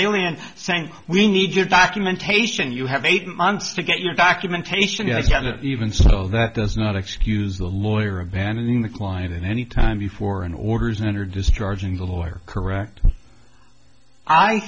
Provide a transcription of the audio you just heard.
aliens saying we need your documentation you have eight months to get your documentation even so that does not excuse the lawyer or abandoning the client in any time before an orders entered discharging the lawyer correct i